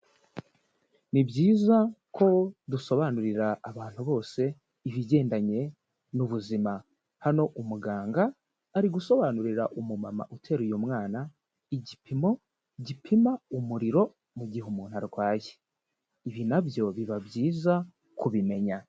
Ni byiza ko dusobanurira abantu bose ibigendanye n'ubuzima, hano umuganga ari gusobanurira umumama uteruye umwana igipimo gipima umuriro mu gihe umuntu arwaye, ibi na byo biba byiza kubimenya.